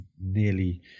nearly